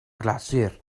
glasur